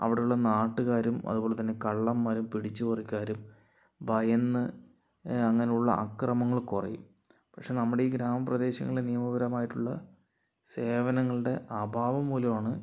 അവിടുള്ള നാട്ടുകാരും അതുപോലെ തന്നെ കള്ളന്മാരും പിടിച്ചുപറിക്കാരും ഭയന്ന് അങ്ങനെയുള്ള അക്രമങ്ങൾ കുറയും പക്ഷേ നമ്മുടെ ഈ ഗ്രാമ പ്രദേശങ്ങളില് നിയമപരമായിട്ടുള്ള സേവനങ്ങൾടെ അഭാവം മൂലമാണ്